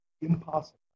impossible